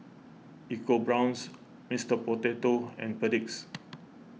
EcoBrown's Mister Potato and Perdix